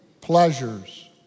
pleasures